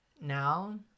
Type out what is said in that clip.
now